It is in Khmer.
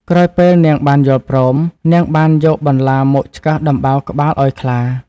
ក្រោយពេលនាងបានយល់ព្រម នាងបានយកបន្លាមកឆ្កឹះដំបៅក្បាលឲ្យខ្លា។